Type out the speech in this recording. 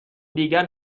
دیگر